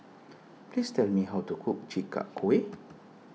please tell me how to cook Chi Kak Kuih